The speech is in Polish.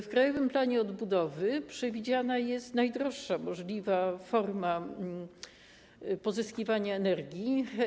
W Krajowym Planie Odbudowy przewidziana jest najdroższa możliwa forma pozyskiwania energii.